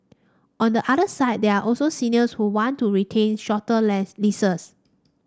on the other side there are also seniors who want to retain shorter less leases